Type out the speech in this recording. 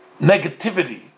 negativity